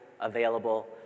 available